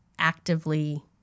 Actively